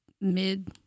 mid